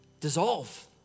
Dissolve